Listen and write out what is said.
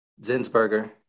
Zinsberger